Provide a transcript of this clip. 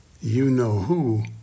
you-know-who